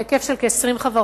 בהיקף של 20 חברות,